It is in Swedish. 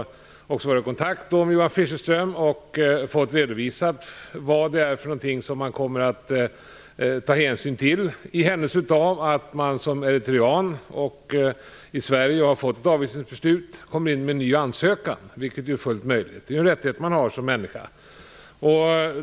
Jag har varit i kontakt med Johan Fischerström och fått redovisat vad man kommer att ta hänsyn till i händelse av att en eritrean som har fått avvisningsbeslut i Sverige kommer in med en ny ansökan, vilket är fullt möjligt. Det är en rättighet man har som människa.